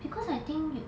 because I think you